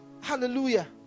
Hallelujah